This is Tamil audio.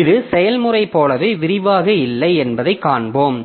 இது செயல்முறை போல விரிவாக இல்லை என்பதைக் காண்போம்